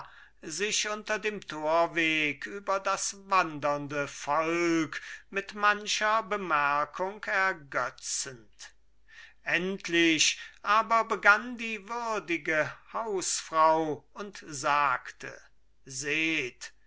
sich unter dem torweg über das wandernde volk mit mancher bemerkung ergötzend endlich aber begann die würdige hausfrau und sagte seht